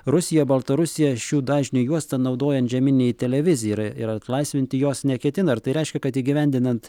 rusija baltarusija šių dažnių juostą naudoja antžeminei televizijai ir ir atlaisvinti jos neketina ar tai reiškia kad įgyvendinant